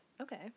Okay